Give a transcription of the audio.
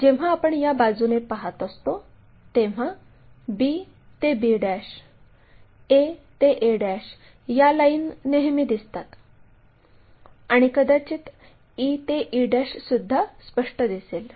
जेव्हा आपण या बाजूने पाहत असतो तेव्हा b ते b a ते a या लाईन नेहमी दिसतात आणि कदाचित e ते e सुद्धा स्पष्ट दिसेल